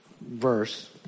verse